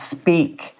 speak